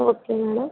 okay madam